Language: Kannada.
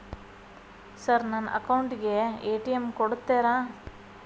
ಸರ್ ನನ್ನ ಅಕೌಂಟ್ ಗೆ ಎ.ಟಿ.ಎಂ ಕೊಡುತ್ತೇರಾ?